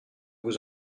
vous